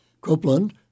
Copeland